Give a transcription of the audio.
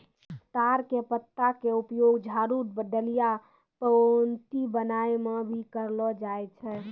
ताड़ के पत्ता के उपयोग झाड़ू, डलिया, पऊंती बनाय म भी करलो जाय छै